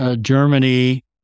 Germany